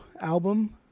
album